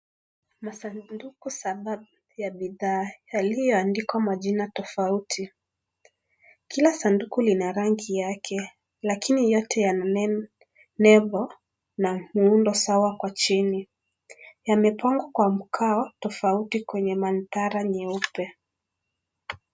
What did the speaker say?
Masanduku saba ya bidhaa yaliyoandikwa majina tofauti, kila sanduku lina rangi yake, lakini yote yana nembo yenye muundo sawa kwa chini yamepangwa kwa mkao tofauti kwenye mandara meupe .